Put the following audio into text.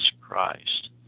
Christ